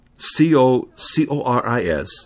C-O-C-O-R-I-S